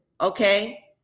okay